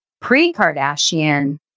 pre-Kardashian